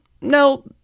no